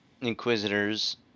Inquisitors